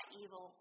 evil